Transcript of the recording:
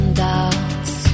doubts